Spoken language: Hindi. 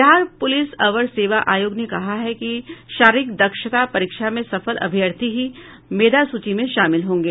बिहार पुलिस अवर सेवा आयोग ने कहा है कि शारीरिक दक्षता परीक्षा में सफल अभ्यर्थी ही मेधा सूची में शामिल होंगे